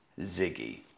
Ziggy